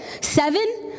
Seven